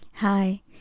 Hi